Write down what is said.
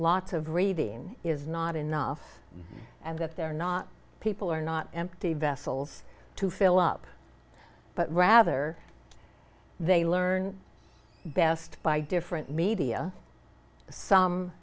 lots of reading is not enough and that they're not people are not empty vessels to fill up but rather they learn best by different media some